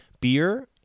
Beer